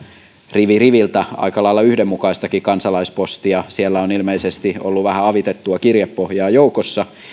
rivi riviltä aika lailla yhdenmukaistakin kansalaispostia siellä on ilmeisesti ollut vähän avitettua kirjepohjaa joukossa